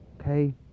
okay